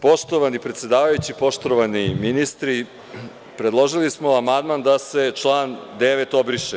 Poštovani predsedavajući, poštovani ministri, predložili smo amandman da se član 9. obriše.